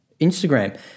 Instagram